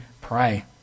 pray